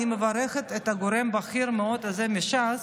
אני מברכת את הגורם הבכיר מאוד הזה מש"ס,